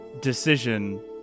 decision